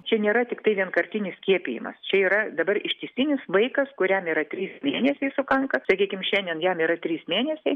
čia nėra tiktai vienkartinis skiepijimas čia yra dabar ištisinis vaikas kuriam yra trys mėnesiai sukanka sakykim šiandien jam yra trys mėnesiai